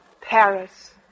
Paris